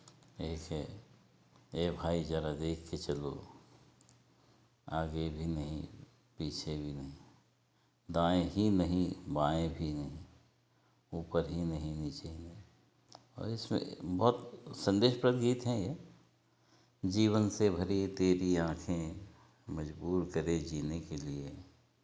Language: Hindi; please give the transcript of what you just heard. एक है ए भाई ज़रा देख के चलो आगे भी नहीं पीछे भी नहीं दाएँ ही नहीं बाएँ भी नहीं ऊपर ही नहीं नीचे भी और इसमें बहुत संदेशप्रद गीत हैं ये जीवन से भरी तेरी आँखें मजबूर करे जीने के लिए